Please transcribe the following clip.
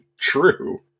true